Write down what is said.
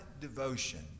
devotion